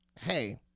hey